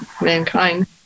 mankind